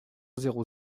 zéro